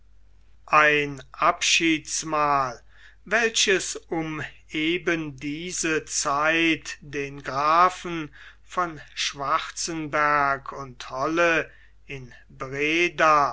ein abschiedsmahl welches um eben diese zeit dem grafen von schwarzenberg und holle in breda